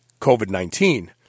COVID-19